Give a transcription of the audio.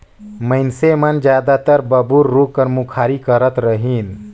मइनसे मन जादातर बबूर रूख कर मुखारी करत रहिन